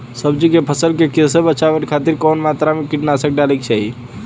सब्जी के फसल के कियेसे बचाव खातिन कवन मात्रा में कीटनाशक डाले के चाही?